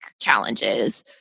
challenges